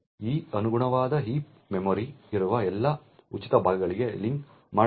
ಈ ಅನುಗುಣವಾದ ಹೀಪ್ ಮೆಮೊರಿಯಲ್ಲಿ ಇರುವ ಎಲ್ಲಾ ಉಚಿತ ಭಾಗಗಳಿಗೆ ಲಿಂಕ್ ಮಾಡಲಾಗಿದೆ